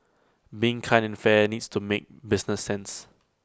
being kind and fair needs to make business sense